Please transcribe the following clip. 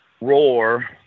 roar